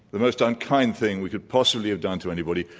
the most unkind thing we could possibly have done to anybody.